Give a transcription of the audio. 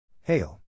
Hail